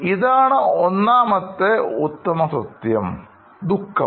ഇതാണ് ഒന്നാമത്തെ ഉത്തമ സത്യം ദുഃഖം